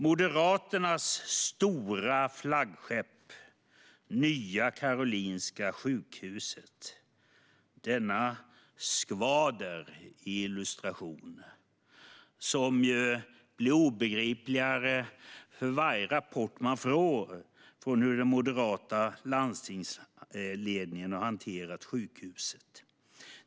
Moderaternas stora flaggskepp, sjukhuset Nya Karolinska - denna skvader - blir obegripligare för varje rapport man får om hur den moderata landstingsledningen har hanterat sjukhuset.